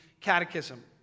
catechism